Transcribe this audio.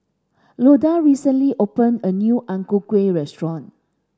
Loda recently open a new Ang Ku Kueh restaurant